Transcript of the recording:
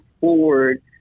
forward